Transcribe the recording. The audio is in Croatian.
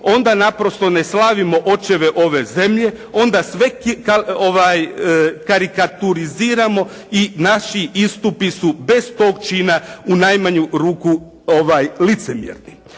onda naprosto ne slavimo očeve ove zemlje, onda sve karikaturiziramo i naši istupi su bez tog čina u najmanju ruku licemjerni.